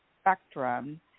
spectrum